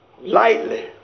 lightly